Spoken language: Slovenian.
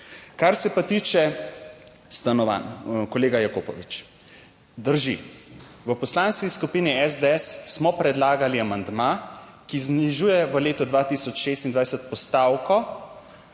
Kar se pa tiče stanovanj, kolega Jakopovič. Drži. V Poslanski skupini SDS smo predlagali amandma, ki znižuje v letu 2026 postavko,